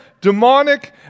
demonic